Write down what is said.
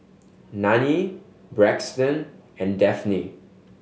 Nanie Braxton and Dafne